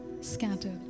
scattered